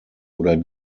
oder